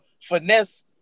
finesse